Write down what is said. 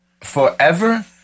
Forever